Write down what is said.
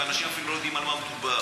ואנשים אפילו לא יודעים על מה מדובר.